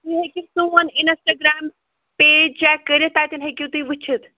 تُہۍ ہیٚکِو سون اِنَسٹاگرٛام پیج چیک کٔرِتھ تَتٮ۪ن ہیٚکِو تُہۍ وُچھِتھ